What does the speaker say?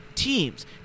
teams